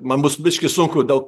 man bus biškį sunku dėl